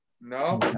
No